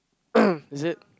is it